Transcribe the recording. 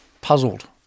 puzzled